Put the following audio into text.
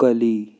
ಕಲಿ